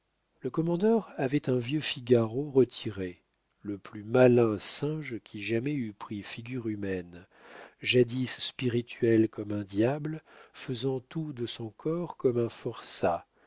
le commandeur avait un vieux figaro retiré le plus malin singe qui jamais eût pris figure humaine jadis spirituel comme un diable faisant tout de son corps comme un forçat